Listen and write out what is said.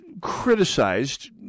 criticized